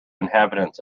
inhabitants